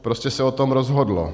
Prostě se o tom rozhodlo.